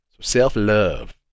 Self-love